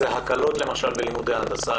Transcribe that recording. אם יש הקלות כלשהן למשל בלימודי הנדסה?